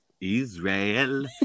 Israel